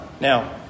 Now